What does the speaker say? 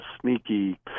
sneaky